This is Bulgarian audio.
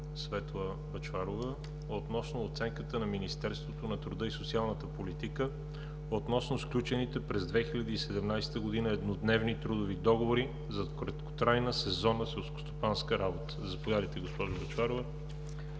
Светла Бъчварова относно оценката на Министерството на труда и социалната политика относно сключените през 2017 г. еднодневни трудови договори за краткотрайна сезонна селскостопанска работа. Заповядайте, госпожо Бъчварова.